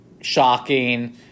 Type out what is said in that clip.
shocking